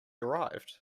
arrived